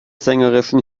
sängerischen